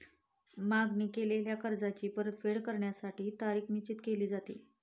मागणी केलेल्या कर्जाची परतफेड करण्यासाठी तारीख निश्चित केली जाते